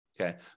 Okay